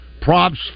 props